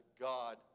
God